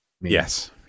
Yes